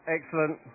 Excellent